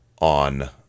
on